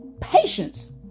patience